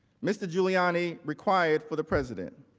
mr. giuliani required for the president.